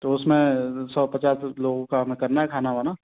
तो उसमें सौ पचास लोगों का हमें करना है खाना वाना